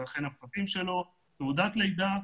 אלה אכן הפרטים שלו תעודת לידה,